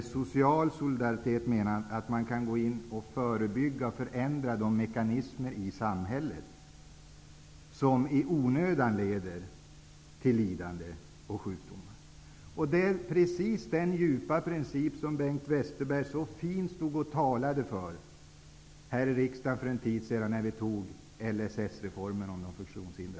Social solidaritet menar han är att förebygga och förändra de mekanismer i samhället som i onödan leder till lidande och sjukdom. Det är precis den djupa princip som Bengt Westerberg så fint stod och talade för här i riksdagen för en tid sedan, när vi antog LSS reformen, som gäller de funktionshindrade.